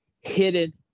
hidden